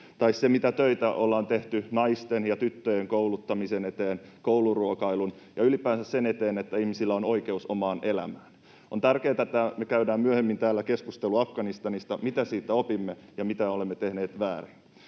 tai mitä töitä ollaan tehty naisten ja tyttöjen kouluttamisen ja kouluruokailun eteen ja ylipäänsä sen eteen, että ihmisillä on oikeus omaan elämään. On tärkeää, että me käydään myöhemmin täällä keskustelua Afganistanista, mitä siitä opimme ja mitä olemme tehneet väärin.